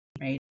right